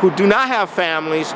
who do not have families